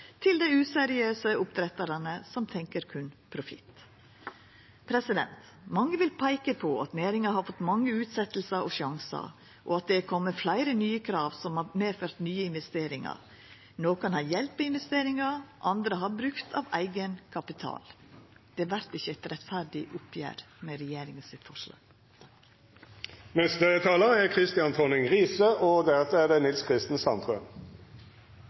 til dei useriøse oppdrettarane, som berre tenkjer profitt. Mange vil peika på at næringa har fått mange utsetjingar og sjansar, og at det er kome fleire nye krav som har medført nye investeringar. Nokon har fått hjelp til investeringane, andre har brukt av eigen kapital. Det vert ikkje eit rettferdig oppgjer med forslaget frå regjeringa. Pelsdyrnæringen er en tradisjonsrik distriktsnæring i Norge som lager miljøvennlige naturprodukter, og